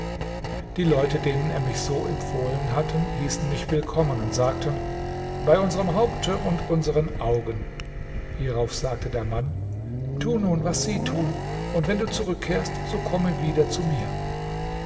die leute denen er mich so empfohlen hatte hießen mich willkommen und sagten bei unserem haupte und unsern augen hierauf sagte der mann tu nun was sie tun und wenn du zurückkehrst so komme wieder zu mir